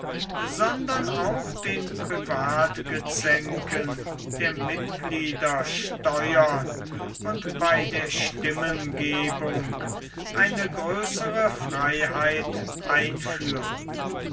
sondern auch den privatgezänken der mitglieder steuern und bei der stimmengebung eine größere freiheit einführen